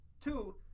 Two